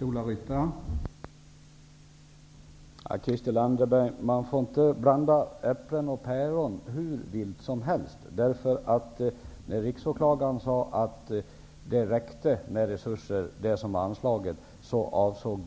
Herr talman! Man får inte, Christel Anderberg, blanda äpplen och päron hur vilt som helst. När riksåklagaren sade att resurserna räckte, avsågs